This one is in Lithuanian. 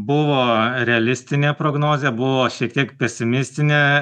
buvo realistinė prognozė buvo šiek tiek pesimistinė